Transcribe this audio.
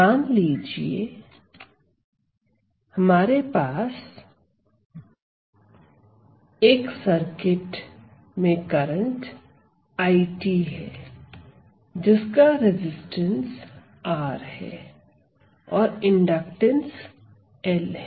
मान लीजिए हमारे पास एक सर्किट में करंट I है जिसका रेजिस्टेंस R है और इंडक्टेंस L है